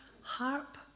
harp